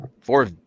four